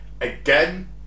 Again